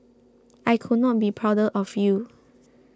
I could not be prouder of you